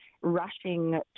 rushing